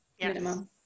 minimum